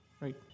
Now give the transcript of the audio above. Right